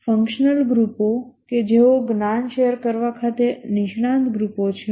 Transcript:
functional ગ્રુપો કે જેઓ જ્ઞાન શેર કરવા ખાતે નિષ્ણાત ગ્રુપો છે